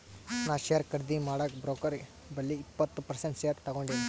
ನಾ ಶೇರ್ ಖರ್ದಿ ಮಾಡಾಗ್ ಬ್ರೋಕರ್ ಬಲ್ಲಿ ಇಪ್ಪತ್ ಪರ್ಸೆಂಟ್ ಶೇರ್ ತಗೊಂಡಿನಿ